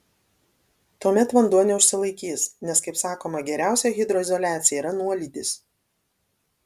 tuomet vanduo neužsilaikys nes kaip sakoma geriausia hidroizoliacija yra nuolydis